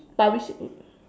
but we